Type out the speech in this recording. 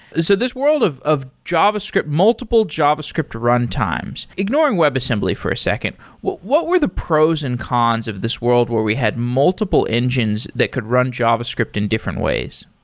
so this world of of javascript, multiple javascript runtimes ignoring web assembly for second, what what were the pros and cons of this world where we had multiple engines that could run javascript in different ways?